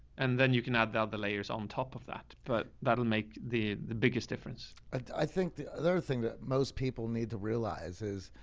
and then you can add out the layers on top of that, but that'll make the the biggest difference. i think the other thing that most people need to realize is,